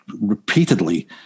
repeatedly